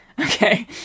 Okay